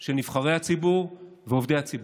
של נבחרי הציבור ועובדי הציבור.